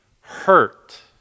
hurt